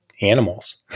animals